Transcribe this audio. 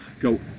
Go